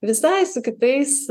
visai su kitais